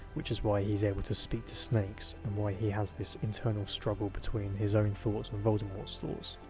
which is why he's able to speak to snakes um why he has this internal struggle between his own thoughts and voldemort's thoughts.